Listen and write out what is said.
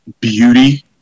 beauty